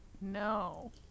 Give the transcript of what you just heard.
No